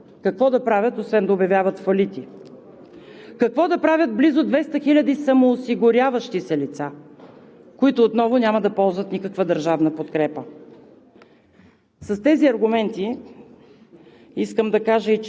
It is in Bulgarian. Или малките и средни фирми, които ще затворят, какво ще правят, освен да обявяват фалити? Какво да правят близо 200 хиляди самоосигуряващи се лица, които отново няма да ползват никаква държавна подкрепа?